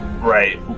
Right